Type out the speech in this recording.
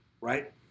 right